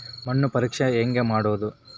ಮಣ್ಣು ಪರೇಕ್ಷೆ ಹೆಂಗ್ ಮಾಡೋದು?